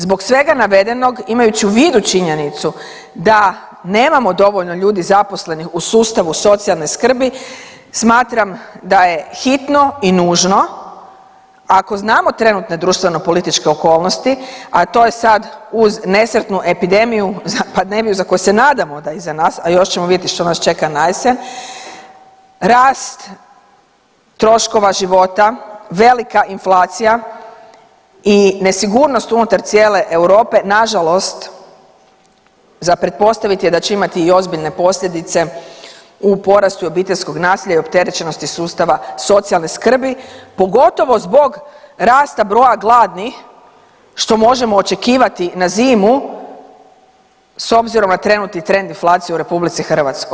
Zbog svega navedenog imajući u vidu činjenicu da nemamo dovoljno ljudi zaposlenih u sustavu socijalne skrbi smatram da je hitno i nužno, a ako znamo trenutne društveno političke okolnosti, a to je sad uz nesretnu epidemiju, za pandemiju za koju se nadamo da je iza nas, a još ćemo vidjeti što nas čeka najesen, rast troškova života, velika inflacija i nesigurnost unutar cijele Europe nažalost za pretpostaviti je da će imati i ozbiljne posljedice u porastu i obiteljskog nasilja i opterećenosti sustava socijalne skrbi, pogotovo zbog rasta broja gladnih, što možemo očekivati na zimu s obzirom na trenutni trend i inflaciju u RH.